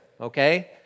okay